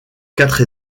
quatre